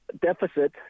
Deficit